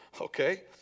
Okay